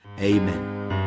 Amen